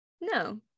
No